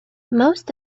most